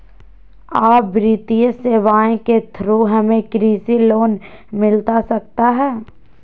आ वित्तीय सेवाएं के थ्रू हमें कृषि लोन मिलता सकता है?